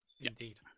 Indeed